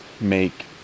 make